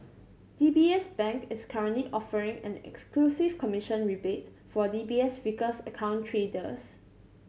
D B S Bank is currently offering an exclusive commission rebate for D B S Vickers account traders